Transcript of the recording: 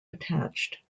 attached